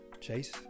chase